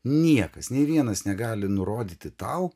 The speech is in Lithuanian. niekas nei vienas negali nurodyti tau